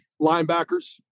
Linebackers